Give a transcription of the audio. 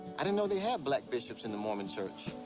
i didn't know they had black bishops in the mormon church.